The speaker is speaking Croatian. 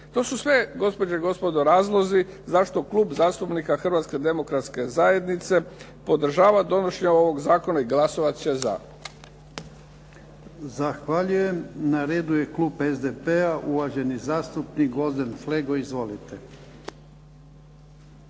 To su sve gospođe i gospodo razlozi zašto klub zastupnika Hrvatske demokratske zajednice podržava donošenje ovog zakona i glasovat će za. **Jarnjak, Ivan (HDZ)** Zahvaljujem. Na redu je klub SDP-a, uvaženi zastupnik Govozden Flego. **Flego,